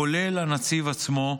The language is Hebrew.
כולל הנציב עצמו,